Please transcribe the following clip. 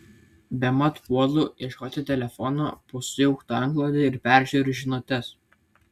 bemat puolu ieškoti telefono po sujaukta antklode ir peržiūriu žinutes